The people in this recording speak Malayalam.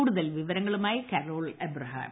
കൂടുതൽ വിവരങ്ങളുമായി കരോൾ അബ്രഹാം